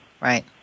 Right